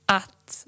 att